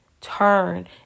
turn